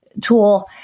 tool